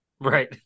right